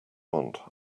want